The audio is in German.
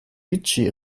vichy